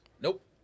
nope